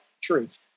truth